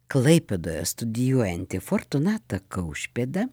klaipėdoje studijuojantį fortūnatą kaušpėdą